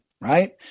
right